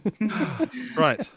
Right